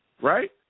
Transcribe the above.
right